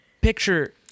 picture